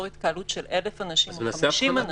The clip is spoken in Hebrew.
התקהלות של 1,000 אנשים או 50 אנשים.